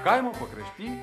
kaimo pakrašty